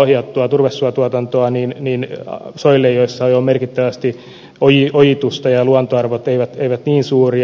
ohjattua turvesuotuotantoa soille joissa on jo merkittävästi ojitusta ja luontoarvot eivät niin suuria